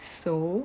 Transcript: so